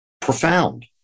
profound